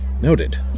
Noted